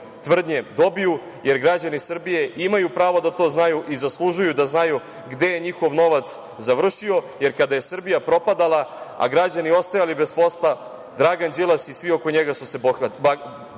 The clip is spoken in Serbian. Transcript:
tvrdnje dobiju, jer građani Srbije imaju pravo da to znaju i zaslužuju da znaju gde je njihov novac završio, jer kada je Srbija propadala, a građani ostajali bez posla, Dragan Đilas i svi oko njega su se bogatili